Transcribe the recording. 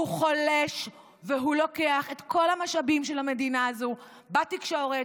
הוא חולש והוא לוקח את כל המשאבים של המדינה הזאת בתקשורת,